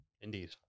Indeed